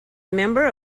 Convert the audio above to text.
member